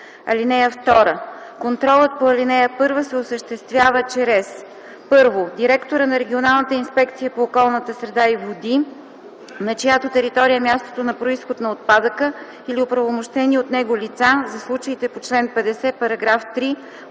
(2) Контролът по ал. 1 се осъществява чрез: 1. директора на регионалната инспекция по околната среда и води, на чиято територия е мястото на произход на отпадъка, или оправомощени от него лица – за случаите по чл. 50, параграф 3,